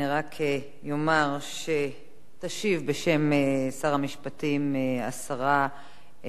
אני רק אומר שתשיב בשם שר המשפטים השרה,